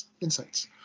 insights